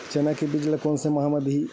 चना के बीज ल कोन से माह म दीही?